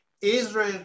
Israel